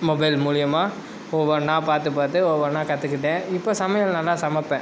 mobile மூலிமா ஒவ்வொன்றா பார்த்து பார்த்து ஒவ்வொன்றா கற்றுக்கிட்டேன் இப்போ சமையல் நல்லா சமைப்பேன்